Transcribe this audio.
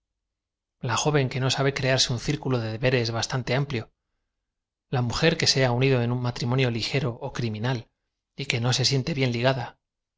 la joven que no sabe crearse un círculo de deberes bastante amplio la mujer que e ha unido eii un matrimonio ligero ó criminal y que no se siente bien ligada